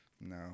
No